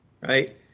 Right